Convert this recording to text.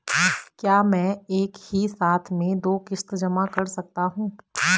क्या मैं एक ही साथ में दो किश्त जमा कर सकता हूँ?